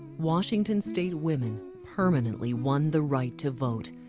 washington state women permanently won the right to vote.